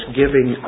giving